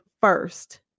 first